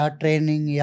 training